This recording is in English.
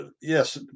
yes